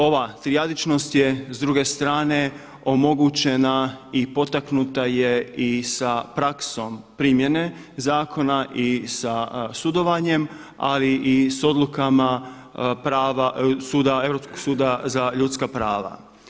Ova trijadičnost je s druge strane omogućena i potaknuta je i sa praksom primjene zakona i sa sudovanjem ali i sa odlukama prava suda, Europskog suda za ljudska prava.